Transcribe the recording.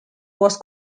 was